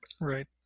Right